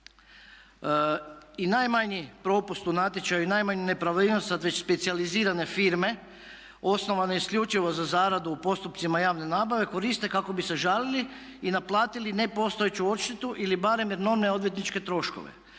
i najmanji propust u natječaju i najmanja nepravilnost sada već specijalizirane firme osnovane isključivo za zaradu u postupcima javne nabave koriste kako bi se žalili i naplatili nepostojeću odštetu ili barem enormne odvjetničke troškove.